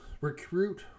recruit